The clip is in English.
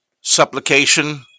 supplication